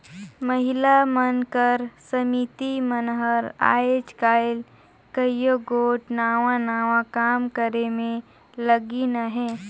महिला मन कर समिति मन हर आएज काएल कइयो गोट नावा नावा काम करे में लगिन अहें